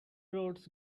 roads